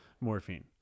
morphine